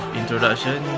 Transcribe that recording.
introduction